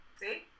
See